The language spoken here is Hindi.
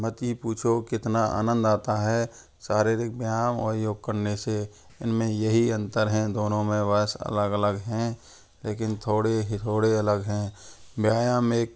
मत ही पूछो कितना आनंद आता है शारीरिक व्यायाम और योग करने से इनमें यहीं अंतर है दोनों में बस अलग अलग हैं लेकिन थोड़े ही थोड़े अलग हैं व्यायाम एक